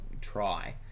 try